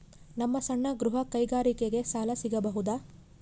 ನಮ್ಮ ಸಣ್ಣ ಗೃಹ ಕೈಗಾರಿಕೆಗೆ ಸಾಲ ಸಿಗಬಹುದಾ?